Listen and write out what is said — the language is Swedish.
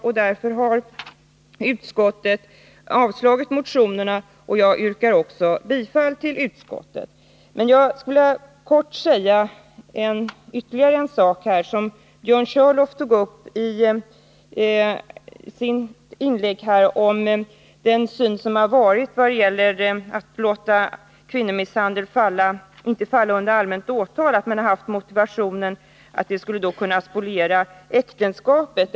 Utskottet har med hänvisning till detta avslagit motionerna, och jag yrkar bifall till utskottets hemställan. Jag vill dock kortfattat gå in på ytterligare en fråga, nämligen den som Björn Körlof tog upp i sitt inlägg och som gällde de motiveringar som framförts för att inte låta den här frågan falla under allmänt åtal. Han sade att motiveringen bl.a. hade varit att detta skulle kunna spoliera äktenskapet.